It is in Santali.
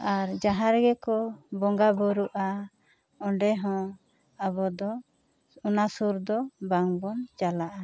ᱟᱨ ᱡᱟᱦᱟᱸ ᱨᱮᱜᱮ ᱠᱚ ᱵᱚᱜᱟᱸ ᱜᱳᱨᱳᱜᱼᱟ ᱚᱸᱰᱮ ᱦᱚᱸ ᱟᱵᱚ ᱫᱚ ᱚᱱᱟ ᱥᱳᱨ ᱫᱚ ᱵᱟᱝᱵᱚᱱ ᱪᱟᱞᱟᱜᱼᱟ